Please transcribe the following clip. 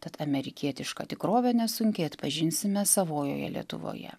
tad amerikietišką tikrovę nesunkiai atpažinsime savojoje lietuvoje